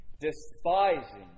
despising